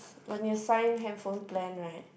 when you sign handphone plan right